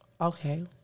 Okay